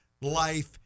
life